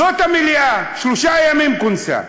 זאת המליאה, שלושה ימים כונסה.